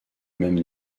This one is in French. même